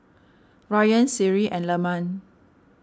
Ryan Seri and Leman